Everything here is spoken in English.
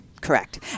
Correct